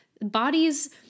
bodies